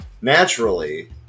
naturally